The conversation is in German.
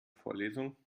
vorlesung